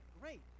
great